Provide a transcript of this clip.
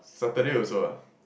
Saturday also ah